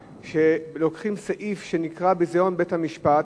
שלוקחים סעיף שנקרא "ביזיון בית-המשפט"